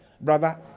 Brother